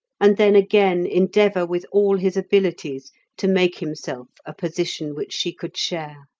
and then again endeavour with all his abilities to make himself a position which she could share.